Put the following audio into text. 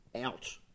out